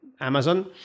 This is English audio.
Amazon